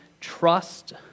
trust